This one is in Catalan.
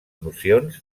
nocions